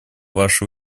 ваши